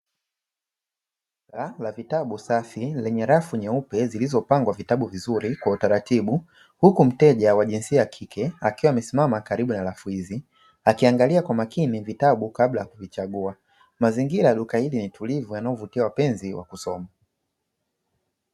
Duka la vitabu safi lenye rafu nyeupe zilizopangwa vitabu vizuri kwa utaratibu. Huku mteja kwa jinsia ya kike amesimama karibu na rafu hizi, akiangalia kwa makini vitabu kabla ya kuvichagua. Mazingira duka hili ni tulivu yanayovutia wapenzi wa kusoma.